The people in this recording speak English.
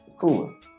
cool